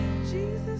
Jesus